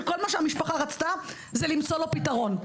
שכל מה שהמשפחה רצתה זה למצוא לו פתרון.